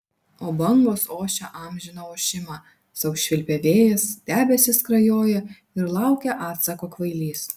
o bangos ošia amžiną ošimą sau švilpia vėjas debesys skrajoja ir laukia atsako kvailys